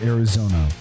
Arizona